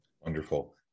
Wonderful